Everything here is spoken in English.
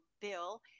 Bill